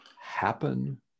happen